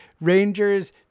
Rangers